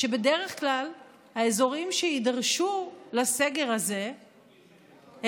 שבדרך כלל האזורים שיידרשו לסגר הזה הם